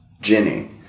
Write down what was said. Jenny